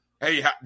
Hey